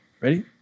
Ready